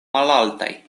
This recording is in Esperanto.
malaltaj